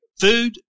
food